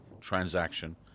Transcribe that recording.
transaction